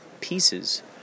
pieces